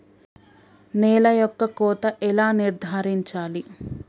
నేల యొక్క కోత ఎలా నిర్ధారించాలి?